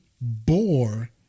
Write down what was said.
bore